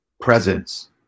Presence